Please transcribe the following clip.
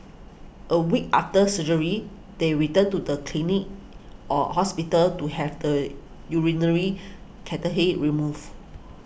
a week after surgery they return to the clinic or hospital to have the urinary cut he removed